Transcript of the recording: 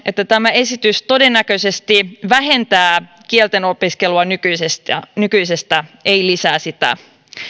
että tämä esitys todennäköisesti vähentää kieltenopiskelua nykyisestä ei lisää sitä